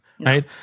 right